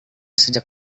sejak